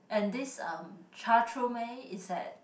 and this uh Cha Tra Mue is at